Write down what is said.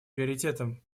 приоритетом